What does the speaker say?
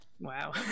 wow